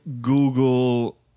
Google